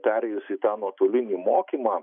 perėjus į tą nuotolinį mokymą